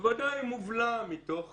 בוודאי מובלע מתוך